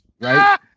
Right